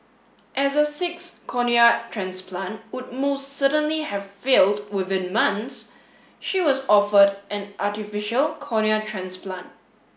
as a sixth cornea transplant would most certainly have failed within months she was offered an artificial cornea transplant